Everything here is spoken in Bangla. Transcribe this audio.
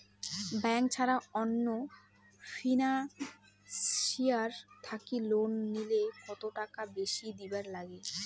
ব্যাংক ছাড়া অন্য ফিনান্সিয়াল থাকি লোন নিলে কতটাকা বেশি দিবার নাগে?